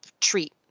treat